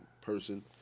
person